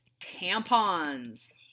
tampons